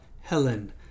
Helen